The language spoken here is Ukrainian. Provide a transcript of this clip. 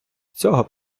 цього